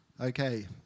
Okay